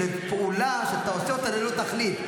זו פעולה שאתה עושה אותה ללא תכלית.